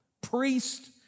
priest